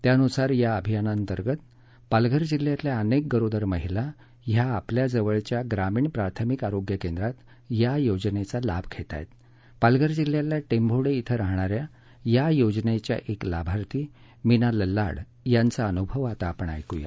त्यानुसार या अभियाना अंतर्गत पालघर जिल्ह्यातल्या अनेक गरोदर महिला ह्या आपल्या जवळच्या ग्रामीण प्राथमिक आरोग्य केंद्रात या योजनेचा लाभ घेत आहेत पालघर जिल्ह्यातल्या टेम्भोडे इथं राहणाऱ्या या योजनेच्या लाभार्थी मीना लल्लाड यांचा अनुभव आता आपण ऐकुया